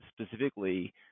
specifically